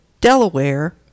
Delaware